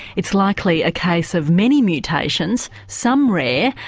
it's likely a case of many mutations, some rare,